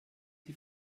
die